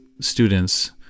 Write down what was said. students